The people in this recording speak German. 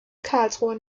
karlsruhe